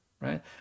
right